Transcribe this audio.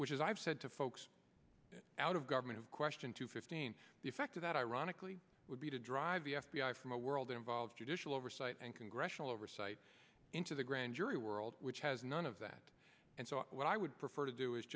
which is i've said to folks out of government question two fifteen the factor that ironically would be to drive the f b i from the world involves judicial oversight and congressional oversight into the grand jury world which has none of that and so what i would prefer to do is